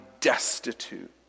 destitute